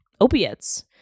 opiates